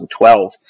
2012